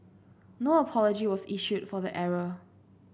no apology was issued for the error